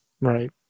Right